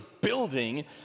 building